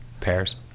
pairs